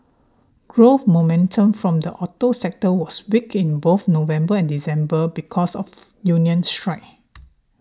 growth momentum from the auto sector was weak in both November and December because of union strikes